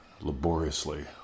laboriously